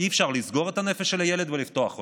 אי-אפשר לסגור את הנפש של הילד ולפתוח אותה,